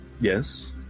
yes